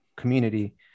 community